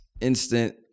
instant